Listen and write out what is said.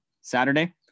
Saturday